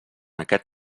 aquest